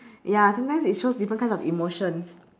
ya sometimes it shows different kind of emotions